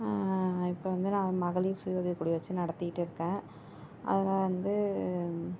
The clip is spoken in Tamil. இப்போ வந்து நான் மகளிர் சுய உதவிக்குழு வச்சு நடத்திக்கிட்டு இருக்கேன் அதில் வந்து